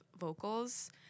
vocals